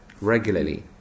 regularly